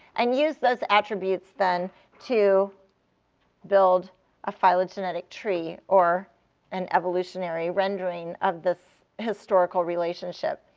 and use those attributes then to build a phylogenetic tree, or an evolutionary rendering of this historical relationship.